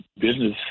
business